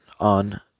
on